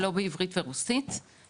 שלא בעברית ורוסית,